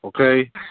Okay